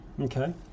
Okay